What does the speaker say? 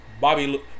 Bobby